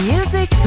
Music